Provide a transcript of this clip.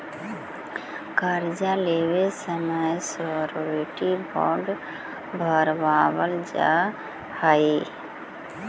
कर्जा लेवे समय श्योरिटी बॉण्ड भरवावल जा हई